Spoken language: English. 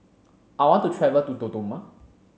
I want to travel to Dodoma